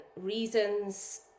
reasons